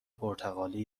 پرتغالی